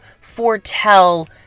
foretell